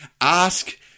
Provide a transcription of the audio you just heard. ask